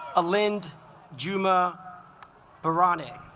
a lind juma bharani